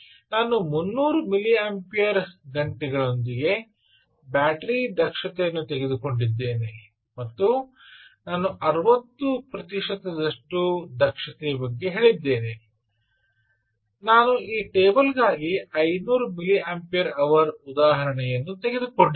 ನಾನು 300 ಮಿಲಿಯಂಪೇರ್ ಗಂಟೆಯೊಂದಿಗೆ ಬ್ಯಾಟರಿ ದಕ್ಷತೆಯನ್ನು ತೆಗೆದುಕೊಂಡಿದ್ದೇನೆ ಮತ್ತು ನಾನು 60 ಪ್ರತಿಶತದಷ್ಟು ಹೇಳಿದೆ ಮತ್ತು ನಾನು ಈ ಟೇಬಲ್ ಗಾಗಿ 500 ಮಿಲಿಯಂಪಿಯರ್ ಅವರ್ ಉದಾಹರಣೆಯನ್ನು ತೆಗೆದುಕೊಂಡಿದ್ದೇನೆ